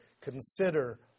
consider